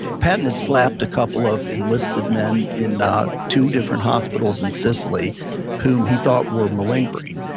patton had slapped a couple of enlisted men in two different hospitals in sicily who he thought were malingering.